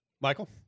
michael